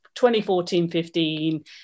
2014-15